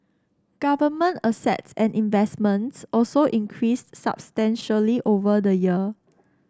government assets and investments also increased substantially over the year